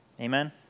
Amen